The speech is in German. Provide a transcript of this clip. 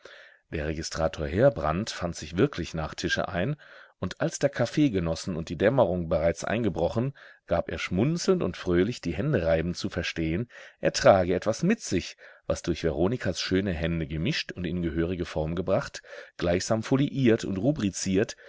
der registrator heerbrand fand sich wirklich nach tische ein und als der kaffee genossen und die dämmerung bereits eingebrochen gab er schmunzelnd und fröhlich die hände reibend zu verstehen er trage etwas mit sich was durch veronikas schöne hände gemischt und in gehörige form gebracht gleichsam foliiert und